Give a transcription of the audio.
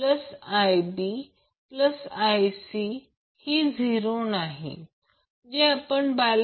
मग P1 magnitude Vab Ia cos 30o असेल